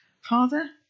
Father